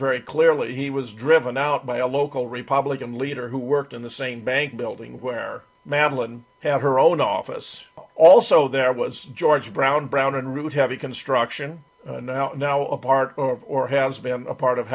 very clearly he was driven out by a local republican leader who worked in the same bank building where madeline had her own office also there was george brown brown and root heavy construction and now a part of or has been a part of